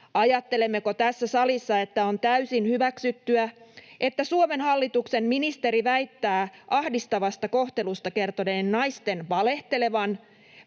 Ajattelemmeko tässä salissa, että on täysin hyväksyttyä, että Suomen hallituksen ministeri väittää ahdistavasta kohtelusta kertoneiden naisten valehtelevan